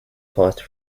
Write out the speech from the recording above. passed